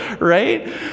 right